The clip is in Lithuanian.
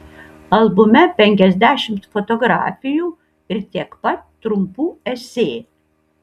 albume penkiasdešimt fotografijų ir tiek pat trumpų esė